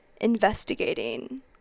investigating